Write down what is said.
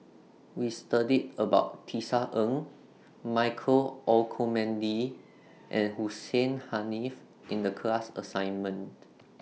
We studied about Tisa Ng Michael Olcomendy and Hussein Haniff in The class assignment